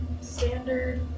Standard